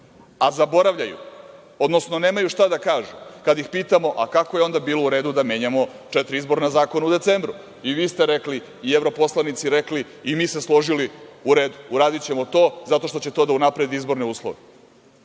a zaboravljaju, odnosno nemaju šta da kažu kada ih pitamo – kako je onda bilo u redu da menjamo četiri izborna zakona u decembru? I vi ste rekli, i evro poslanici rekli i mi se složi, u redu, uradićemo to zato što će to da unapredi izborne uslove.